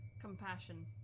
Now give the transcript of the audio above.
Compassion